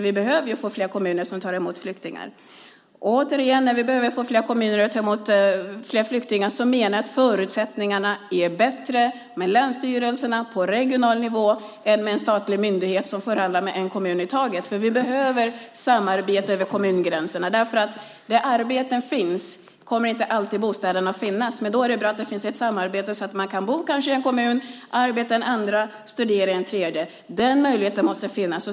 Vi behöver ju få fler kommuner att ta emot flyktingar. Om vi behöver få fler kommuner att ta emot flyktingar menar jag återigen att länsstyrelserna på regional nivå ger bättre förutsättningar än en statlig myndighet som förhandlar med en kommun i taget. Vi behöver samarbete över kommungränserna eftersom det inte alltid kommer att finnas bostäder där arbetena finns. Då är det bra med ett samarbete så att man kan bo i en kommun, arbeta i en annan och studera i en tredje. Den möjligheten måste finnas.